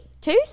tooth